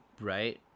right